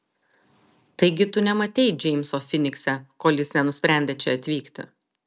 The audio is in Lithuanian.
taigi tu nematei džeimso finikse kol jis nenusprendė čia atvykti